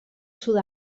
sud